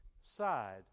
side